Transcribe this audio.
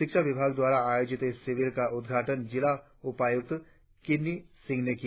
शिक्षा विभाग़ द्वारा आयोजित इस शिविर का उद्घाटन जिला उपायुक्त किन्नी सिंह ने किया